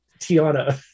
Tiana